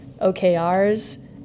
OKRs